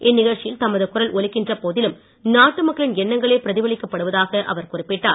இந்நிகழ்ச்சியில் தமது குரல் ஒலிக்கின்ற போதிலும் நாட்டு மக்களின் எண்ணங்களே பிரதிபலிக்கப் படுவதாக அவர் குறிப்பிட்டார்